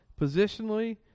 positionally